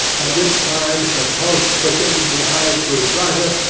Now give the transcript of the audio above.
at which times the pulse quickened, the eyes grew brighter,